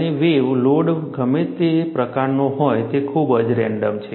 અને wave load ગમે તે પ્રકારનો હોય તે ખૂબ જ રેન્ડમ છે